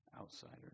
outsiders